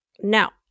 Now